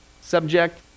subject